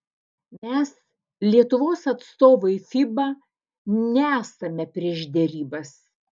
mes lietuvos atstovai fiba nesame prieš derybas